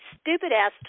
stupid-ass